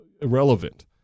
irrelevant